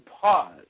pause